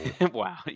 wow